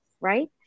Right